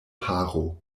paro